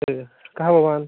कः भवान्